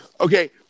Okay